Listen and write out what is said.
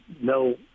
no